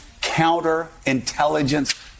counterintelligence